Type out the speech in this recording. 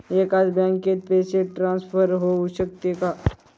एकाच बँकेत पैसे ट्रान्सफर होऊ शकतात का?